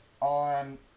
on